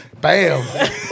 Bam